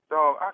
Dog